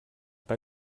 pas